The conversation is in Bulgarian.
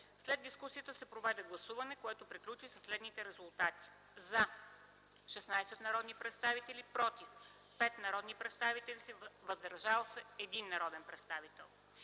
След дискусията се проведе гласуване, което приключи със следните резултати: „за” – 16 народни представители, „против” – 5 народни представители и „въздържал се” – 1 народен представител.